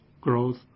growth